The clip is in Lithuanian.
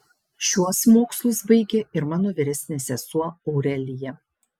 šiuos mokslus baigė ir mano vyresnė sesuo aurelija